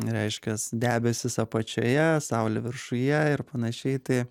reiškias debesys apačioje saulė viršuje ir panašiai tai